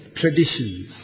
traditions